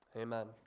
amen